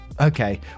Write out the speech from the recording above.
Okay